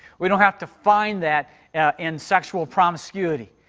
we don't have to find that in sexual promiscuity.